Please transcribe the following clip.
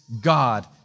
God